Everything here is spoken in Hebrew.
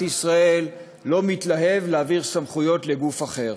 ישראל לא מתלהב להעביר סמכויות לגוף אחר.